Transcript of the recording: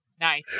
nice